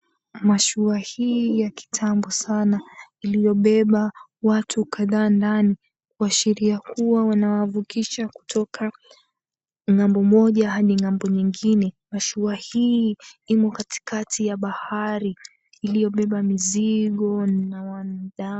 Mashua hii ya kitambo sana iliyobeba watu kadhaa ndani waashiria ya kuwa wanavuka kutoka ng'ambo moja hadi ng'ambo nyingine. Mashua hii imo katikati ya bahari iliyobeba mizigo na wanadamu.